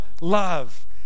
love